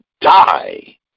die